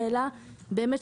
באמת,